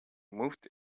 moved